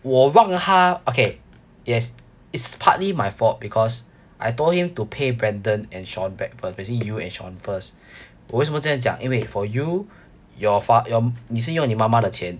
我让他 okay yes it's partly my fault because I told him to pay brandon and shawn back first basically you and shawn first 我为什么这样讲因为 for you your fa~ 你是用你妈妈的钱